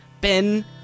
ben